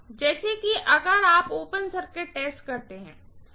जैसे कि अगर आप ओपन सर्किट टेस्ट करते हैं